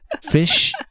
Fish